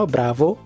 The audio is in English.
Bravo